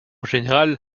général